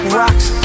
rocks